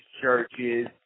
churches